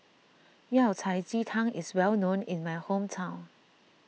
Yao Cai Ji Tang is well known in my hometown